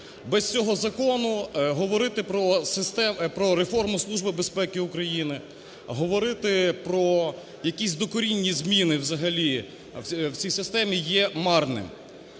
Без цього закону говорити про реформу Служби безпеки України, говорити про якісь докорінні зміни взагалі в цій системі є марним.